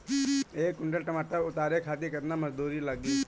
एक कुंटल टमाटर उतारे खातिर केतना मजदूरी लागी?